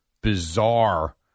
bizarre